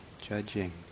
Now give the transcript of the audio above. judging